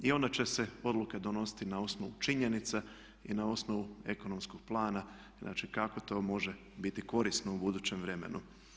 I onda će se odluke donositi na osnovu činjenice i na osnovu ekonomskog plana i znači kako to može biti korisno u budućem vremenu.